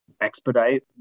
expedite